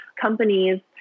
companies